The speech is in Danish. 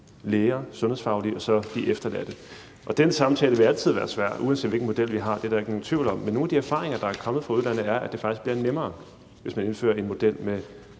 læger, sundhedsfaglige og de efterladte. Den samtale vil altid være svær, uanset hvilken model vi har. Det er der ikke nogen tvivl om. Men nogle af de erfaringer, der er kommet fra udlandet, er, at det faktisk bliver nemmere, hvis man indfører en model med